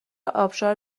آبشار